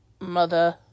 Mother